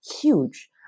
huge